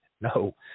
No